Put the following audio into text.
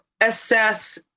assess